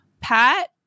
Pat